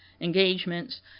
engagements